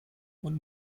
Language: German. und